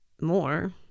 more